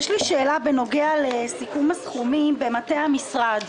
יש לי שאלה בנוגע לסיכום הסכומים במטה המשרד.